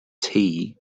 tea